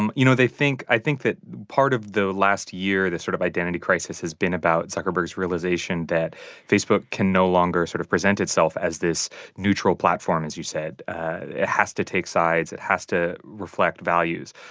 um you know, they think i think that part of the last year, this sort of identity crisis has been about zuckerberg's realization that facebook can no longer sort of present itself as this neutral platform, as you said. it it has to take sides. it has to reflect values.